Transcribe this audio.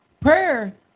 prayer